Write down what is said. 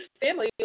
family